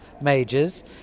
majors